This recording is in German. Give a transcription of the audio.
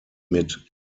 mit